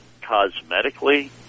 cosmetically